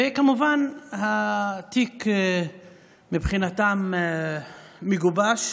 וכמובן שהתיק מבחינתם מגובש,